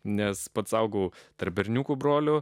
nes pats augau tarp berniukų broliu